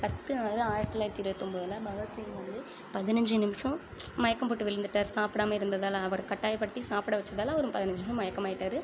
பத்து ஆறு ஆயிரத்தித் தொள்ளாயிரத்தி இருபத்தொம்போதுல பகத்சிங் வந்து பதினஞ்சு நிமிடம் மயக்கம் போட்டு விழுந்துட்டாரு சாப்பிடாம இருந்ததால் அவரை கட்டாயப்படுத்தி சாப்பிட வச்சதால் அவர் பதினஞ்சு நிமிஷம் மயக்கமாயிட்டார்